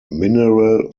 mineral